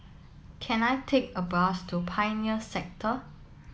can I take a bus to Pioneer Sector